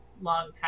long